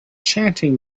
chanting